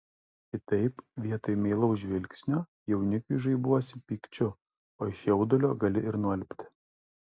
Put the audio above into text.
kitaip vietoj meilaus žvilgsnio jaunikiui žaibuosi pykčiu o iš jaudulio gali ir nualpti